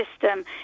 system